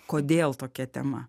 kodėl tokia tema